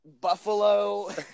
Buffalo